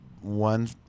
one